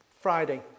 Friday